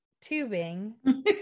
tubing